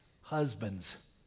husbands